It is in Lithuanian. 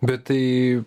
bet tai